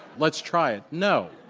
let's try it. no.